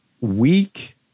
weak